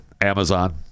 Amazon